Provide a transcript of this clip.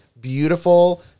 beautiful